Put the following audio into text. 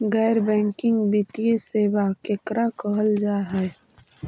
गैर बैंकिंग वित्तीय सेबा केकरा कहल जा है?